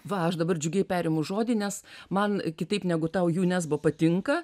va aš dabar džiugiai perimu žodį nes man kitaip negu tau jų nesbo patinka